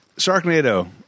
Sharknado